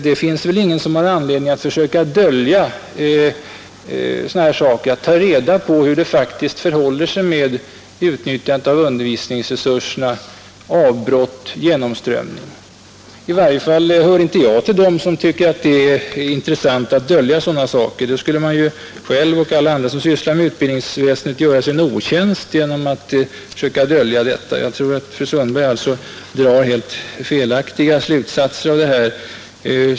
Det finns väl ingen som har anledning att dölja sådant som hur det faktiskt föhåller sig med utnyttjandet av undervisningsresurserna, med studieavbrotten och med elevgenomströmningen. I varje fall hör inte jag till dem som tycker att det är intressant att dölja sådana saker. Man skulle göra sig själv och alla andra som arbetar inom undervisningsväsendet en otjänst genom att försöka dölja detta. Jag tror alltså att fru Sundberg drar helt felaktiga slutsatser.